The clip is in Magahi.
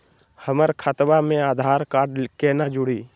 हमर खतवा मे आधार कार्ड केना जुड़ी?